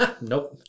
Nope